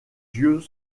yeux